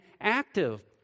active